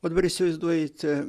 o dabar įsivaizduojate